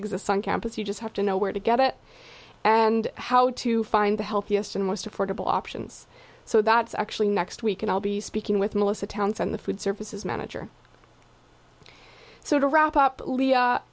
exists on campus you just have to know where to get it and how to find the healthiest and most affordable options so that's actually next week and i'll be speaking with melissa townsend the food services manager so to wrap